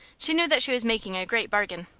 she knew that she was making a great bargain.